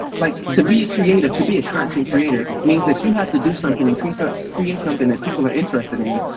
like to be creative. to be a content creator means that you have to do something increase on so screen something that people are interested in,